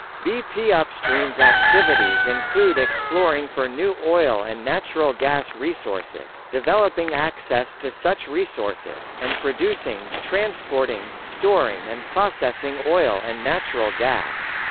bp upstream's activities include exploring for new oil and natural gas resources, developing access to such resources, and producing, transporting, storing and processing oil and natural gas.